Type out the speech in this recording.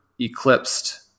eclipsed